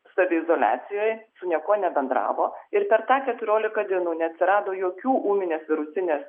saviizoliacijoj su niekuo nebendravo ir per tą keturioliką dienų neatsirado jokių ūminės virusinės